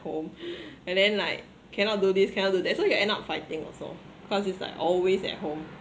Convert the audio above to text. home and then like cannot do this cannot do that so you end up fighting also cause it's like always at home